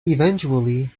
eventually